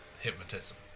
hypnotism